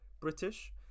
British